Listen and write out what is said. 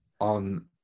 on